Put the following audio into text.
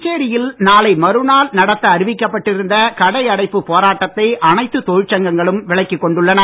புதுச்சேரியில் நாளை மறுநாள் நடத்த அறிவிக்கப் பட்டிருந்த கடை அடைப்புப் போராட்டத்தை அனைத்துத் தொழற்சங்கங்களும் விலக்கிக் கொண்டுள்ளன